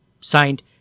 signed